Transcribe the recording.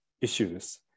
issues